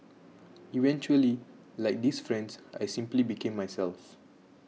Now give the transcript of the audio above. eventually like these friends I simply became myself